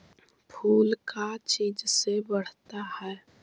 फूल का चीज से बढ़ता है?